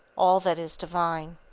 all that is divine.